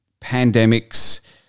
pandemics